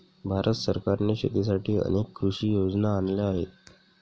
भारत सरकारने शेतीसाठी अनेक कृषी योजना आणल्या आहेत